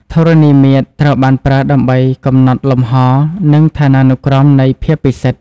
ធរណីមាត្រ ត្រូវបានប្រើដើម្បីកំណត់លំហ និងឋានានុក្រមនៃភាពពិសិដ្ឋ។